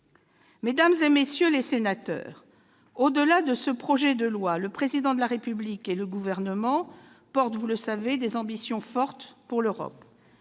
Mesdames, messieurs les sénateurs, au-delà de ce projet de loi, le Président de la République et le Gouvernement portent, vous le savez, des ambitions fortes pour l'Europe.